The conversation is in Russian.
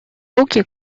руки